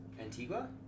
Antigua